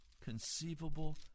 conceivable